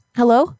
Hello